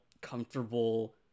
comfortable